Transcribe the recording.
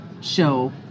show